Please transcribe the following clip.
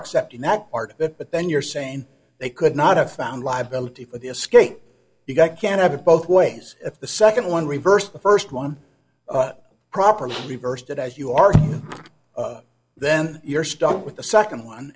accepting that part that but then you're saying they could not have found liability for the escape you've got can't have it both ways if the second one reversed the first one properly reversed it as you are then you're stuck with the second one